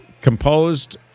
composed